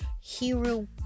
hero